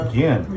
Again